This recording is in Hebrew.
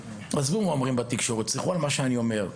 עזבו את מה שאומרים בתקשורת ותסמכו על מה שאני אומר.